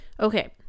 Okay